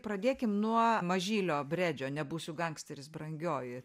pradėkim nuo mažylio bredžio nebūsiu gangsteris brangioji